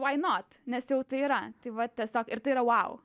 vai not nes jau tai yra tai va tiesiog ir tai yra wow